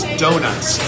donuts